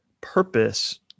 purpose